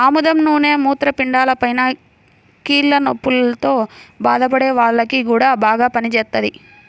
ఆముదం నూనె మూత్రపిండాలపైన, కీళ్ల నొప్పుల్తో బాధపడే వాల్లకి గూడా బాగా పనిజేత్తది